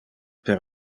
per